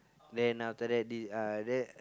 then after that this uh that